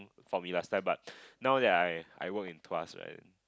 for me last time but now that I I work in Tuas right